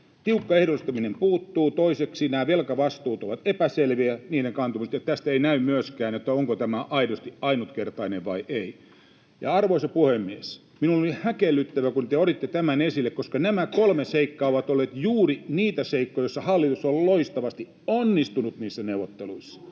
tiukka ehdollistaminen puuttuu, toiseksi nämä velkavastuut ovat epäselviä, ja tästä ei näy myöskään, onko tämä aidosti ainutkertainen vai ei. Arvoisa puhemies! Minusta oli häkellyttävää, kun te otitte tämän esille, koska nämä kolme seikkaa ovat olleet juuri niitä seikkoja, joissa hallitus on loistavasti onnistunut niissä neuvotteluissa